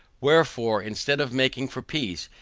wherefore instead of making for peace,